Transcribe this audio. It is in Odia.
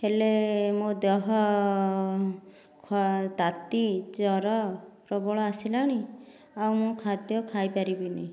ହେଲେ ମୋ ଦେହ ତାତି ଜ୍ୱର ପ୍ରବଳ ଆସିଲାଣି ଆଉ ମୁଁ ଖାଦ୍ୟ ଖାଇପାରିବିନି